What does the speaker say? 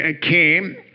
came